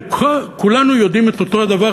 אם כולנו יודעים אותו הדבר,